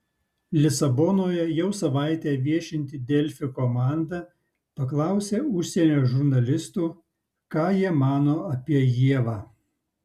lisabonoje jau savaitę viešinti delfi komanda paklausė užsienio žurnalistų ką jie mano apie ievą